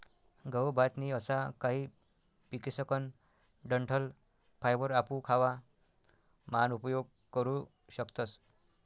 गहू, भात नी असा काही पिकेसकन डंठल फायबर आपू खावा मान उपयोग करू शकतस